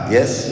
Yes